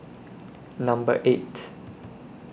Number eight